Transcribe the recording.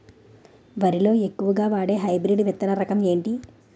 వరి లో ఎక్కువుగా వాడే హైబ్రిడ్ విత్తన రకం ఏంటి?